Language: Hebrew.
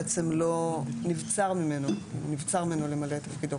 בעצם נבצר ממנו למלא את תפקידו,